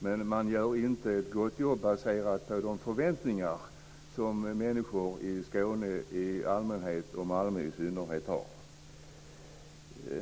Men man gör inte ett gott jobb baserat på de förväntningar som människor har i Skåne i allmänhet och i Malmö i synnerhet.